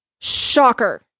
Shocker